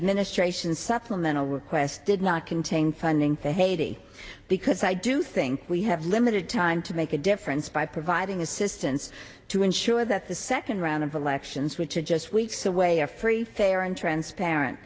administration supplemental request did not contain funding for haiti because i do think we have limited time to make a difference by providing assistance to ensure that the second round of elections which are just weeks away are free fair and transparent